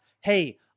hey